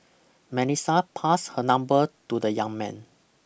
Melissa passed her number to the young man